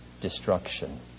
destruction